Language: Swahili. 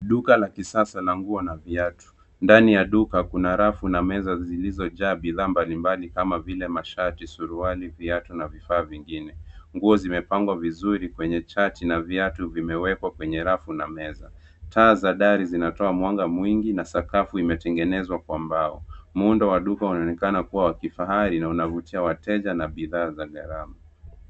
Duka la kisasa la nguo na viatu. Ndani ya duka kuna rafu na meza zilizojaa bidhaa mbalimbali kama vile mashati, suruali, viatu na vifaa vingine. Nguo zimepangwa vizuri kwenye chati na viatu vimewekwa kwenye rafu na meza. Taa za dari zinatoa mwanga mwingi na sakafu imetengenezwa kwa mbao. Muundo wa duka unaonekana kuwa wa kifahari na unavutia wateja na bidhaa za gharama.